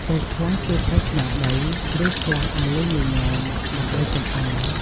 ពេលខ្លះ គេប្រើឆ្នាំងដី ឬ ខ្ទះអាលុយមីញ៉ូមដើម្បីចម្អិន។